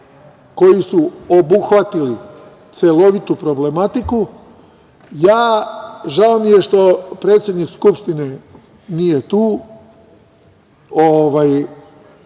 koji su obuhvatili celovitu problematiku, žao mi je što predsednik Skupštine nije tu,